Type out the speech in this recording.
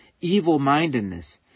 evil-mindedness